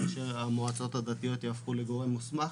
כאשר המועצות הדתיות ייהפכו לגורם מוסמך.